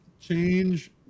change